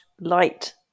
light